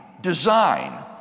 design